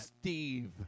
Steve